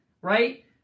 right